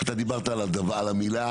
אתה דיברת על המילה,